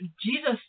Jesus